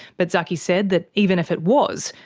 but zaky said that even if it was,